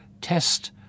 test